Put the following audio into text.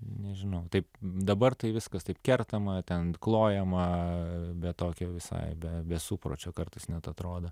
nežinau taip dabar tai viskas taip kertama ten klojamą bet tokio visai be be supračio kartais net atrodo